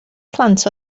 plant